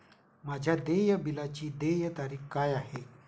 माझ्या देय बिलाची देय तारीख काय आहे?